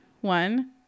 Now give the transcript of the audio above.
One